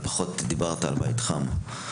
ופחות דיברת על בית חם.